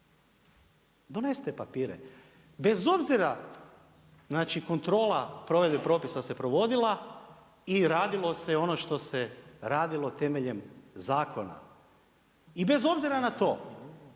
donesite papire. Bez obzira, znači kontrola provedbe propisa se provodila i radilo se ono što se radilo temeljem zakona. I bez obzira na to,